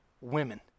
women